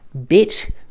bitch